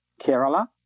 Kerala